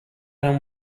don’t